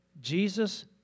Jesus